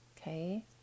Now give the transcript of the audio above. okay